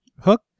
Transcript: Hook